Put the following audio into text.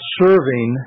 serving